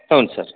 ಹ್ಞೂ ಸರ್